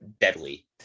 deadly